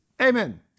amen